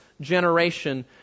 generation